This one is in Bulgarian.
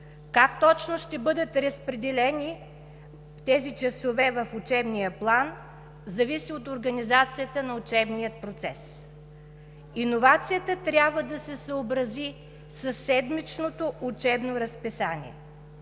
Как точно ще бъдат разпределени тези часове в учебния план зависи от организацията на учебния процес. Иновацията трябва да се съобрази със седмичното учебно разписание.